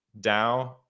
DAO